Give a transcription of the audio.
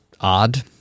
odd